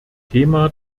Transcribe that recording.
thema